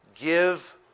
Give